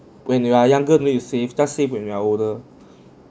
when you are younger you don't save just save when you're older